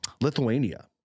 Lithuania